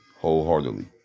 wholeheartedly